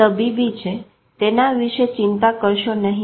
આ તબીબી છે તેના વિશે ચિંતા કરશો નહી